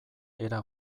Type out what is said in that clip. era